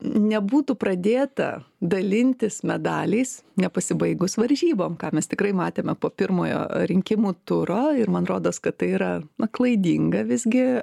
nebūtų pradėta dalintis medaliais nepasibaigus varžybom ką mes tikrai matėme po pirmojo rinkimų turo ir man rodos kad tai yra klaidinga visgi